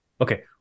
Okay